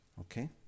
Okay